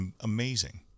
amazing